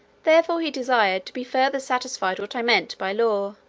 therefore he desired to be further satisfied what i meant by law,